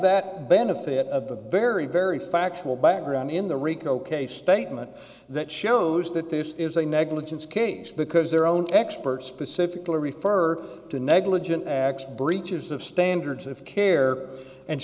that benefit of a very very factual background in the rico case statement that shows that this is a negligence case because their own expert specifically referred to negligent acts breaches of standards of care and